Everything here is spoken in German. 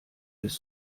ist